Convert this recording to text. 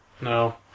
No